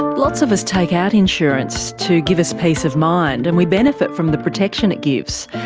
lots of us take out insurance to give us peace of mind and we benefit from the protection it gives.